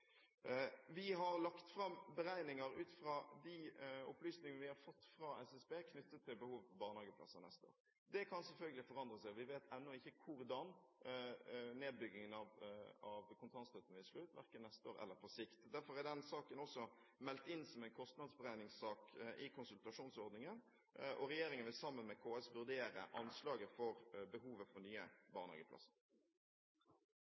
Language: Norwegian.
Vi har lagt fram beregninger ut fra de opplysningene vi har fått fra SSB knyttet til behovet for barnehageplasser neste år. Det kan selvfølgelig forandre seg. Vi vet ennå ikke hvordan nedbyggingen av kontantstøtten vil slå ut, verken neste år eller på sikt. Derfor er den saken også meldt inn som en kostnadsberegningssak i konsultasjonsordningen, og regjeringen vil sammen med KS vurdere anslaget for behovet for nye